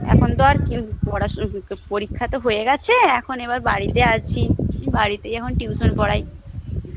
এখন তো আর পড়াশুনো পরীক্ষা তো হয়ে গেছে এখন এবার বাড়িতে আছি বাড়িতেই এখন টিউশন পড়াই